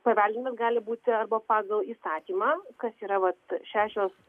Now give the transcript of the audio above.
paveldimas gali būti arba pagal įsakymą kas yra vat šešios